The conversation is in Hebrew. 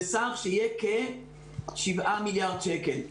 בסך שיהיה כ-7 מיליארד שקלים,